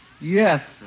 Yes